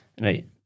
right